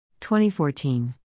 2014